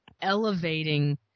elevating